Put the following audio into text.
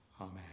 Amen